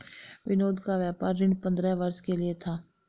विनोद का व्यापार ऋण पंद्रह वर्ष के लिए था